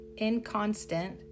inconstant